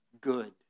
good